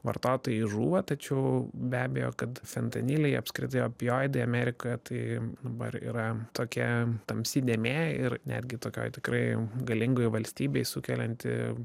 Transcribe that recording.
vartotojai žūva tačiau be abejo kad fentaniliai apskritai opioidai amerikoje tai dabar yra tokia tamsi dėmė ir netgi tokioj tikrai galingoj valstybėj sukelianti